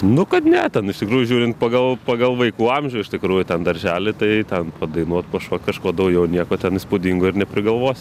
nu kad ne ten iš tikrųjų žiūrint pagal pagal vaikų amžių iš tikrųjų ten daržely tai ten padainuot pašokt kažko daugiau nieko ten įspūdingo ir neprigalvosi